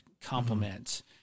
compliments